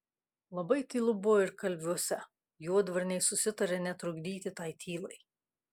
labai tylu buvo ir kalviuose juodvarniai susitarė netrukdyti tai tylai